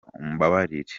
umbabarire